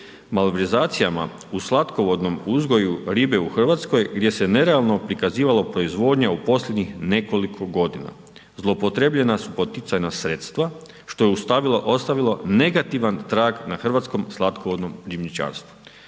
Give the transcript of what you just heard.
Malverzacijama u slatkovodnom uzgoju ribe u Hrvatskoj gdje se nerealno prikazivala proizvodnja u posljednjih nekoliko godina zloupotrijebljena su poticajna sredstva što je ostavilo negativan trag na hrvatskom slatkovodnom ribničarstvu.